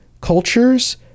cultures